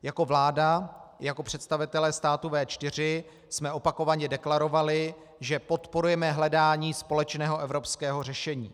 Jako vláda i jako představitelé státu V4 jsme opakovaně deklarovali, že podporujeme hledání společného evropského řešení.